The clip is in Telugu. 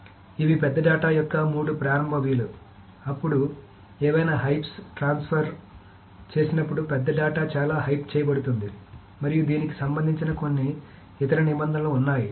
కాబట్టి ఇవి పెద్ద డేటా యొక్క మూడు ప్రారంభ v లు అప్పుడు ఏవైనా హైప్స్ ట్రాన్స్ఫర్ చేసినప్పుడు పెద్ద డేటా చాలా హైప్ చేయబడుతుంది మరియు దీనికి సంబంధించిన కొన్ని ఇతర నిబంధనలు ఉన్నాయి